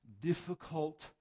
difficult